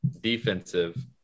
defensive